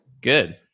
Good